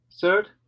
Third